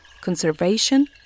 conservation